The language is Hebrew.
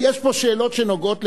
יש פה שאלות שנוגעות לכולנו.